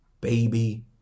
baby